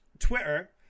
Twitter